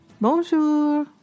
Bonjour